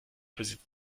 besitzt